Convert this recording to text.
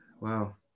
Wow